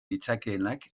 ditzakeenak